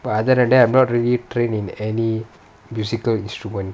but other than that I'm not really trained in any musical instrument